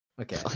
Okay